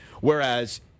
Whereas